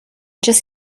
just